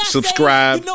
subscribe